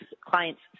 clients